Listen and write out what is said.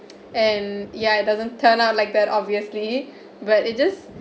and ya it doesn't turn out like that obviously but it just